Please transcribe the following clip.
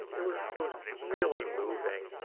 it was it was really moving.